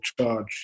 charge